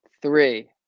three